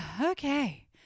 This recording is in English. okay